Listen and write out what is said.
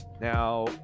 now